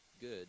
good